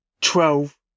Twelve